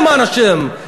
למען השם.